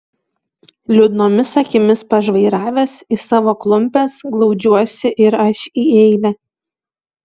liūdnomis akimis pažvairavęs į savo klumpes glaudžiuosi ir aš į eilę